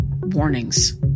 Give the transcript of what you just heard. warnings